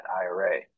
IRA